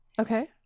Okay